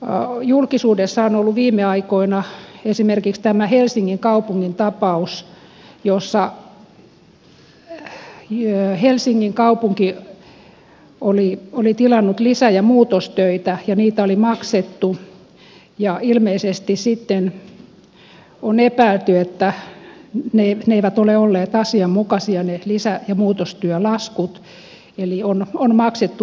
rakennuspuolelta julkisuudessa on ollut viime aikoina esimerkiksi helsingin kaupungin tapaus jossa helsingin kaupunki oli tilannut lisä ja muutostöitä ja niistä oli maksettu ja ilmeisesti sitten on epäilty että ne lisä ja muutostyölaskut eivät ole olleet asianmukaisia eli on maksettu ilmasta